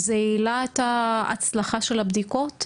זה העלה את ההצלחה של הבדיקות?